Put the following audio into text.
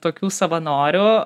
tokių savanorių